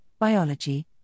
biology